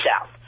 South